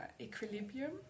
equilibrium